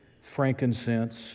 frankincense